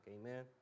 amen